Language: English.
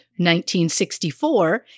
1964